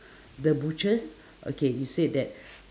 the butcher's okay you said that